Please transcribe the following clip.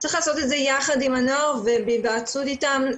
צריך לעשות את זה יחד עם הנוער בהיוועצות איתם,